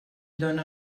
dóna